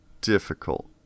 difficult